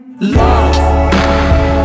love